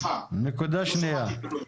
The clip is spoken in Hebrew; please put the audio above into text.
נקודה שנייה.